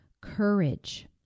Courage